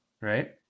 right